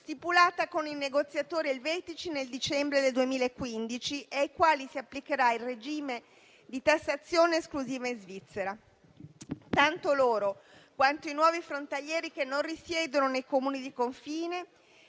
stipulata con i negoziatori elvetici nel dicembre 2015 e ai quali si applicherà il regime di tassazione esclusiva in Svizzera. Tanto loro quanto i nuovi frontalieri che non risiedono nei Comuni di confine